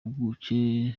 mpuguke